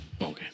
Okay